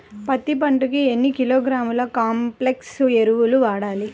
పత్తి పంటకు ఎన్ని కిలోగ్రాముల కాంప్లెక్స్ ఎరువులు వాడాలి?